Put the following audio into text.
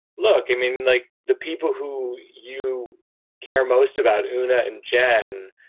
look, i mean, like the people who you care most about. and and jan.